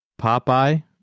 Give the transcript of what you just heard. Popeye